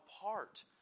apart